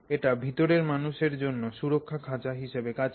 এটি ভিতরের মানুষের জন্য সুরক্ষা খাঁচা হিসাবে কাজ করে